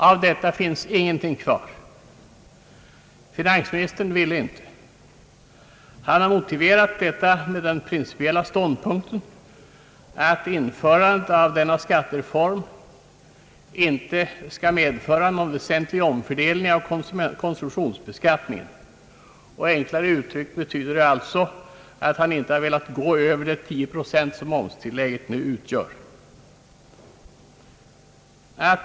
Av detta finns ingenting kvar. Finansministern ville inte. Han har motiverat detta med den principiella ståndpunkten att införandet av skattereformer inte skall medföra någon väsentlig omfördelning av konsumtionsbeskattningen. Enklare uttryckt betyder detta att han inte har velat gå utöver de 10 procent som omsättningstillägget utgör.